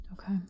Okay